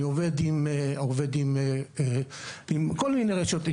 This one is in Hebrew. אני עובד עם כל מיני רשתות,